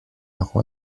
roi